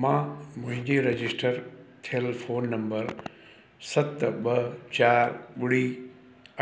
मां मुंहिंजे रजिस्टर थियलु फ़ोन नम्बर सत ॿ चार ॿुड़ी